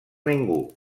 ningú